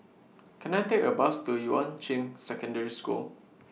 Can I Take A Bus to Yuan Ching Secondary School